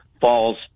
falls